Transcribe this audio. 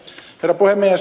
herra puhemies